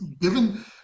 given